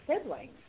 siblings